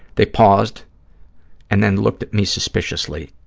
they paused and then looked at me suspiciously.